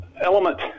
element